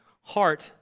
heart